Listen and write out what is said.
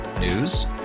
News